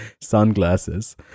sunglasses